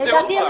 לדעתי,